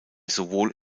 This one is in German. sowohl